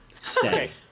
Stay